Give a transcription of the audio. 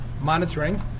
monitoring